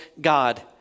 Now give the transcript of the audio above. God